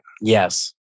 Yes